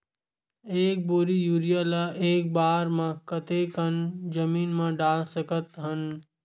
एक बोरी यूरिया ल एक बार म कते कन जमीन म डाल सकत हन?